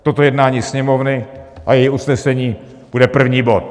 Toto jednání Sněmovny a její usnesení bude první bod.